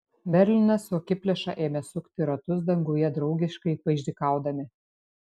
merlinas su akiplėša ėmė sukti ratus danguje draugiškai paišdykaudami